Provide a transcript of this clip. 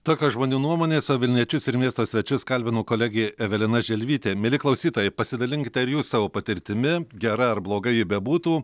tokios žmonių nuomonės o vilniečius ir miesto svečius kalbino kolegė evelina želvytė mieli klausytojai pasidalinkite ir jūs savo patirtimi gera ar bloga ji bebūtų